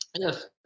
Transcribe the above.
Yes